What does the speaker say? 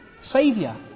Saviour